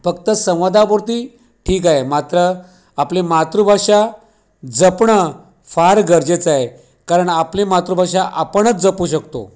फक्त संवादापुरती ठीक आहे मात्र आपली मातृभाषा जपणं फार गरजेचं आहे कारण आपली मातृभाषा आपणच जपू शकतो